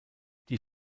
die